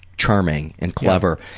charming and clever.